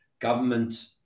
government